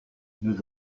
nous